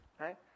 right